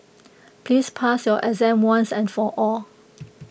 please pass your exam once and for all